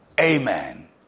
amen